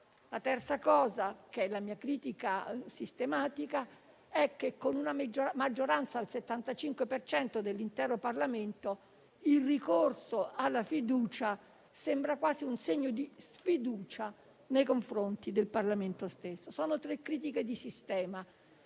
La terza critica, che è la mia critica sistematica, mira a sottolineare come, con una maggioranza al 75 per cento dell'intero Parlamento, il ricorso alla fiducia sembra quasi un segno di sfiducia nei confronti del Parlamento stesso. Sono tre critiche di sistema,